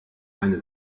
eine